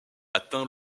atteint